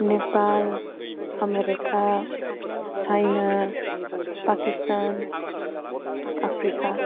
Nepal America China Pakistan Africa